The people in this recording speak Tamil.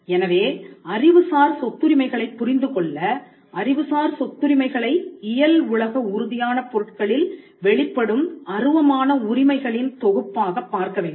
எனவே அறிவுசார் சொத்துரிமைகளைப் புரிந்துகொள்ள அறிவுசார் சொத்துரிமைகளை இயல் உலக உறுதியான பொருட்களில் வெளிப்படும் அருவமான உரிமைகளின் தொகுப்பாகப் பார்க்கவேண்டும்